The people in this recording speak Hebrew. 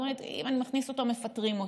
הוא אומר: אם אני מכניס אותו, מפטרים אותי.